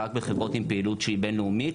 רק בחברות עם פעילות שהיא בינלאומית,